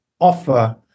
offer